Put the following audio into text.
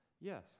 yes